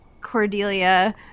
Cordelia